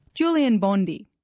julian bondy.